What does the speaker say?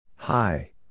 Hi